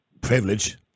Privilege